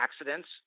accidents